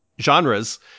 genres